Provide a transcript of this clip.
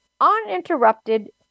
uninterrupted